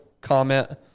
comment